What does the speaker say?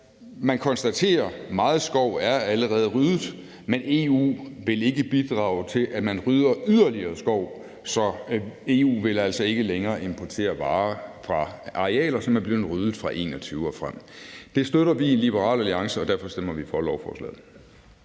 Man konstaterer, at meget skov allerede er ryddet, men EU vil ikke bidrage til, at man rydder yderligere skov, så EU vil altså ikke længere importere varer fra arealer, som er blevet ryddet fra 2021 og frem. Det støtter vi i Liberal Alliance, og derfor stemmer vi for lovforslaget.